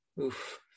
Oof